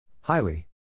Highly